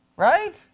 Right